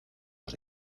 los